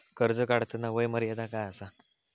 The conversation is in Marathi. कर्ज काढताना वय मर्यादा काय आसा?